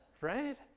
Right